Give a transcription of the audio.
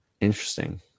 Interesting